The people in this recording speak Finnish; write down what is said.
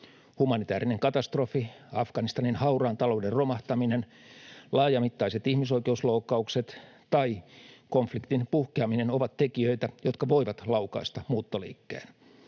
Humanitäärinen katastrofi, Afganistanin hauraan talouden romahtaminen, laajamittaiset ihmisoikeusloukkaukset ja konfliktin puhkeaminen ovat tekijöitä, jotka voivat laukaista muuttoliikkeen.